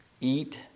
eat